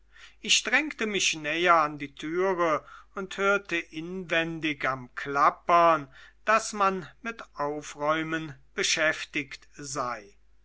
ich drängte mich näher an die türe und hörte inwendig am klappern daß man mit aufräumen beschäftigt sei